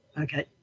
okay